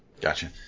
Gotcha